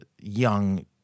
young